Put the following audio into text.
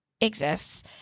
exists